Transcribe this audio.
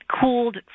cooled